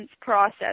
process